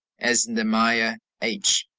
as in the maya h.